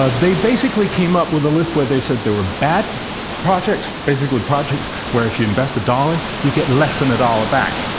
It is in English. ah they basically came up with a list where they said there were bad projects basically, projects where if you invest a dollar, you get less than a dollar back.